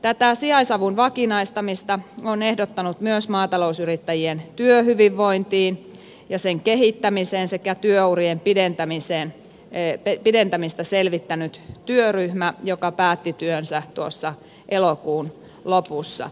tätä sijaisavun vakinaistamista on ehdottanut myös maatalousyrittäjien työhyvinvointia ja sen kehittämistä sekä työurien pidentämistä selvittänyt työryhmä joka päätti työnsä elokuun lopussa